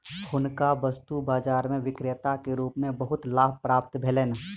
हुनका वस्तु बाजार में विक्रेता के रूप में बहुत लाभ प्राप्त भेलैन